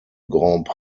grands